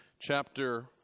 chapter